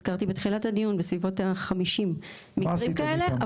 הזכרתי בתחילת הדיון, בסיבות ה-50 מקרים כאלה.